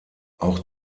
auch